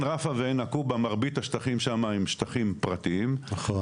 עין רפא ועין נקובא מרבית השטחים שם הם שטחים פרטיים --- נכון.